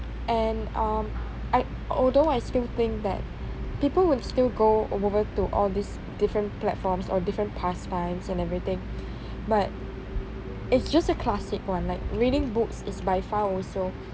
and um I although I still think that people will still go over to all these different platforms or different pastimes and everything but it's just a classic one like reading books is by far also